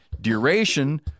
duration